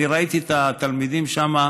אני ראיתי את התלמידים שם,